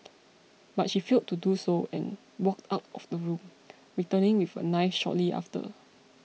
but she failed to do so and walked out of the room returning with a knife shortly after